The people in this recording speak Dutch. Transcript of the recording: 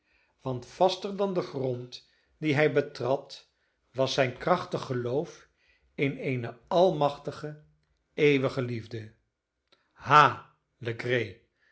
want vaster dan de grond dien hij betrad was zijn krachtig geloof in eene almachtige eeuwige liefde ha